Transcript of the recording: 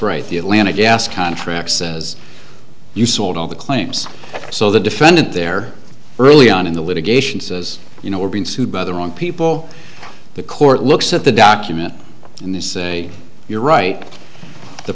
right the atlanta gas contract says you sold all the claims so the defendant there early on in the litigation says you know we're being sued by the wrong people the court looks at the document and they say you're right the